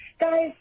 Guys